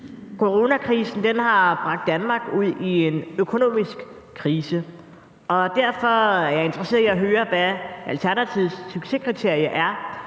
Coronakrisen har bragt Danmark ud i en økonomisk krise, og derfor er jeg interesseret i at høre, hvad Alternativets succeskriterie er